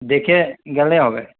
দেখে গেলে হবে